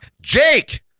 Jake